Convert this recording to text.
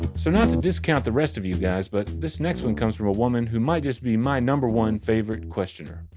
so not to discount the rest of you guys, but this next one comes from a woman who might just be my number one favorite questioner.